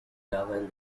govern